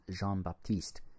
Jean-Baptiste